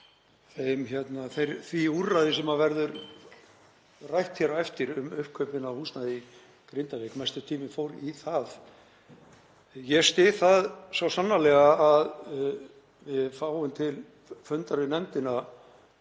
því úrræði sem verður rætt hér á eftir, um uppkaupin á húsnæði í Grindavík. Mestur tíminn fór í það. Ég styð það svo sannarlega að við fáum til fundar við nefndina